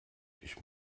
ich